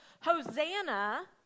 Hosanna